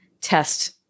test